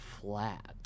Flat